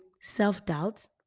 self-doubt